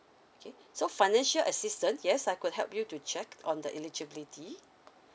okay so financial assistance yes I could help you to check on the eligibility